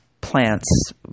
plants